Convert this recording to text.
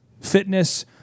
fitness